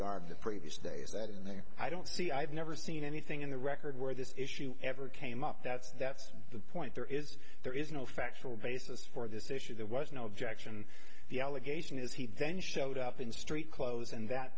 garb the previous days that in there i don't see i've never seen anything in the record where this issue ever came up that's that's the point there is there is no factual basis for this issue there was no objection the allegation is he then showed up in street clothes and that